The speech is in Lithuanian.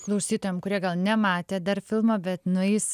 klausytojam kurie gal nematė dar filmo bet nueis